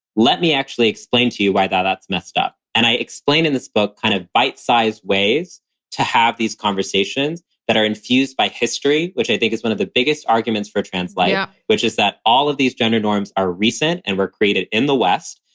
let me actually explain to you why that that's messed up. and i explain in this book kind of bite sized ways to have these conversations that are infused by history, which i think is one of the biggest arguments for trans life, which is that all of these gender norms are recent and were created in the west.